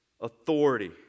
authority